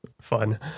fun